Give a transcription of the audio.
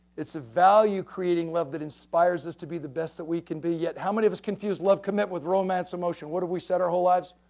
it's a value creating love that inspires us to be the best that we can be, yet how many of us confuse love commit, with romance emotion, what have we said our whole lives?